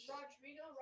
Rodrigo